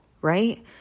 right